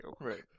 Right